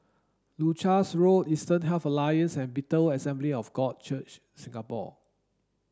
Leuchars Road Eastern Health Alliance and Bethel Assembly of God Church Singapore